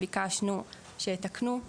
ביקשנו שיתקנו,